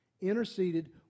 interceded